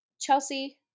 chelsea